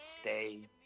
stay